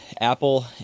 Apple